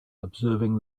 observing